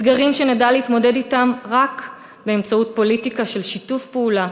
אתגרים שנדע להתמודד אתם רק באמצעות פוליטיקה של שיתוף פעולה